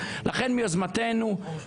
גם בוועדה ל --- טוב,